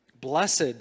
Blessed